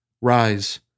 Rise